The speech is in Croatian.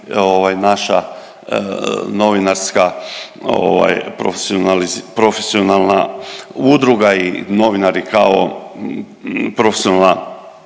naša novinarska profesionalna udruga i novinari kao profesionalna